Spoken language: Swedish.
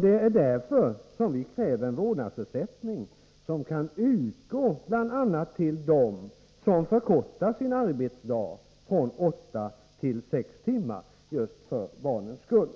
Det är därför som vi kräver vårdnadsersättning, som kan utgå bl.a. till dem som förkortar sin arbetsdag från åtta till sex timmar just för barnens skull.